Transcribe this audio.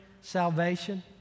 salvation